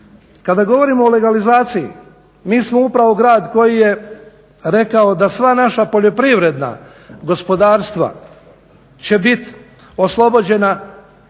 Kada govorimo o legalizaciji, mi smo upravo grad koji je rekao da sva naša poljoprivredna gospodarstva će biti oslobođena